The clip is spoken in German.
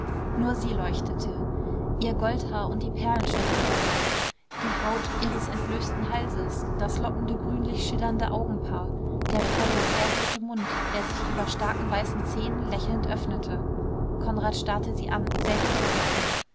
nur sie leuchtete ihr goldhaar und die perlenschnüre darin die haut ihres entblößten halses das lockende grünlich schillernde augenpaar der volle sehr rote mund der sich über starken weißen zähnen lächelnd öffnete konrad starrte sie an selbstvergessen